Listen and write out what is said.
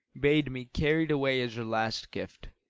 bade me carry it away as her last gift,